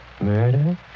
Murder